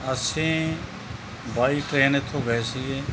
ਅਸੀਂ by train ਇੱਥੋਂ ਗਏ ਸੀਗੇ